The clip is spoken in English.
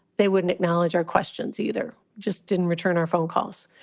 they wouldn't acknowledge our questions either. just didn't return our phone calls.